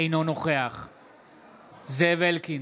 אינו נוכח זאב אלקין,